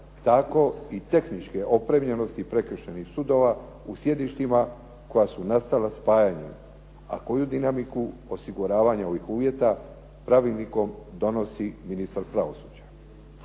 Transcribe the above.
tako i tehničke opremljenosti prekršajnih sudova u sjedištima koja su nastala spajanjem, a koju dinamiku osiguravanja ovih uvjeta pravilnikom donosi ministar pravosuđa.